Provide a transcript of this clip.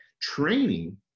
training